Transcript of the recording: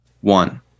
one